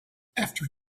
after